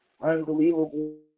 unbelievable